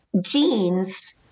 genes